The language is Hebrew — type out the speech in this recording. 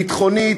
ביטחונית,